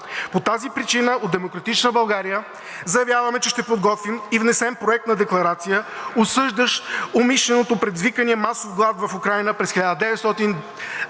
По тази причина от „Демократична България“ заявяваме, че ще подготвим и внесем Проект на декларация, осъждаща умишлено предизвикания масов глад в Украйна през 1932